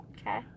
okay